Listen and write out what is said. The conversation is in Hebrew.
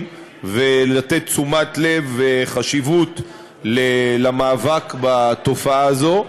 ולתת תשומת לב וחשיבות למאבק בתופעה הזאת.